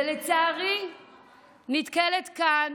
ולצערי נתקלת כאן